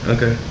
Okay